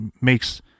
makes